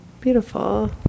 beautiful